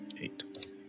Eight